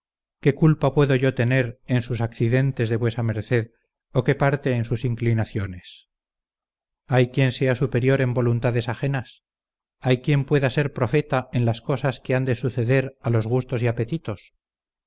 qué culpa puedo yo tener en sus accidentes de vuesa merced o qué parte en sus inclinaciones hay quien sea superior en voluntades ajenas hay quien pueda ser profeta en las cosas que han de suceder a los gustos y apetitos